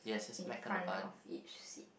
in front of each seat